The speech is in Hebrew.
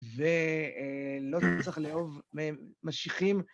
ולא צריך לאהוב משיחים.